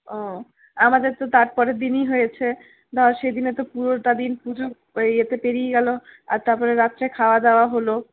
ও আমাদের তো তারপরের দিনই হয়েছে বা সেদিন ও তো পুরোটা দিন পুজোর ওই ইয়েতে পেরিয়ে গেলো আর তারপরে রাত্রে খাওয়া দাওয়া হলো